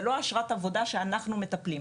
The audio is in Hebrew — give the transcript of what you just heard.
זה לא אשרת עבודה שאנחנו מטפלים.